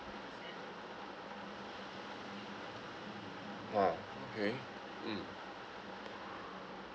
ah okay mm